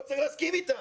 לא צריך להסכים איתם.